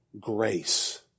grace